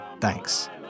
Thanks